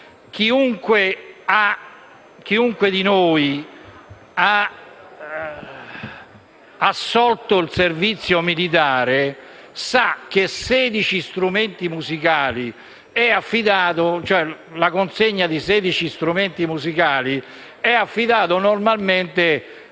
Chiunque di noi abbia assolto al servizio militare sa che la consegna di 16 strumenti musicali è affidata normalmente